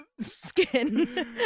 skin